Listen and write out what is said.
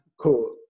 Cool